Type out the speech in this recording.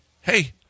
hey